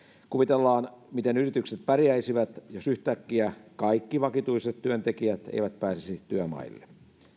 kuvitellaan miten yritykset pärjäisivät jos yhtäkkiä kaikki vakituiset työntekijät eivät pääsisi työmaille